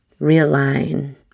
realign